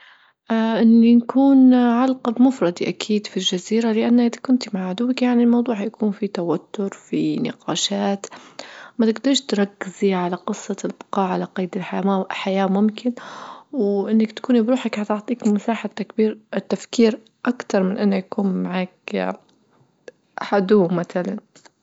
اه إني نكون علقة بمفردي أكيد في الجزيرة لأن إذا كنت مع عدوك يعني الموضوع حيكون فيه توتر في نقاشات ما تقدريش تركزي على قصة البقاء على قيد الحياة ممكن وأنك تكوني بروحك حتعطيك مساحة تكبير التفكير أكتر من أنه يكون معاك عدو مثلا.